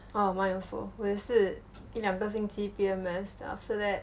ah mine also 我也是一两个星期 P_M_S then after that